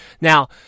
Now